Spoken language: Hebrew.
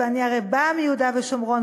ואני הרי באה מיהודה ושומרון,